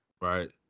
Right